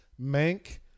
Mank